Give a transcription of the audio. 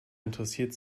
interessiert